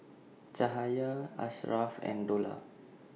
Cahaya Ashraff and Dollah